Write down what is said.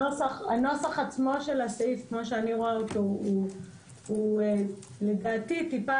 הנוסח עצמו של הסעיף כמו שאני רואה אותו הוא לדעתי טיפה